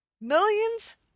millions